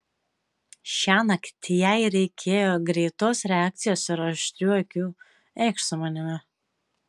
šiąnakt jai reikėjo greitos reakcijos ir aštrių akių eikš su manimi